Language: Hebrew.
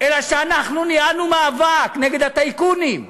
אלא שאנחנו ניהלנו מאבק נגד הטייקונים,